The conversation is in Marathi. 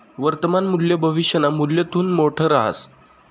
वर्तमान मूल्य भविष्यना मूल्यथून मोठं रहास